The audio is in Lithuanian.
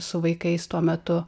su vaikais tuo metu